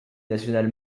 national